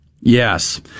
Yes